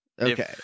Okay